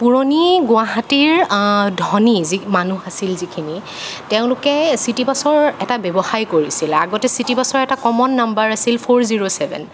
পুৰণি গুৱাহাটীৰ ধনী যি মানুহ আছিল যিখিনি তেওঁলোকে চিটিবাছৰ এটা ব্য়ৱসায় কৰিছিল আগতে চিটিবাছৰ এটা কমন নাম্বাৰ আছিল ফ'ৰ জিৰ' ছেভেন